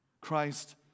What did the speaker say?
Christ